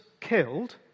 killed